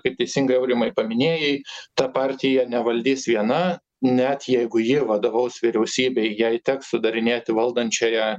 kaip teisingai aurimai paminėjai ta partija nevaldys viena net jeigu ji vadovaus vyriausybei jai teks sudarinėti valdančiąją